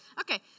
Okay